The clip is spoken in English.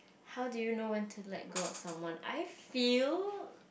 how do you know when to like go out someone I felt